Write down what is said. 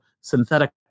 synthetic